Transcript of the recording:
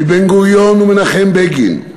מבן-גוריון ומנחם בגין,